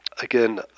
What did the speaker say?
Again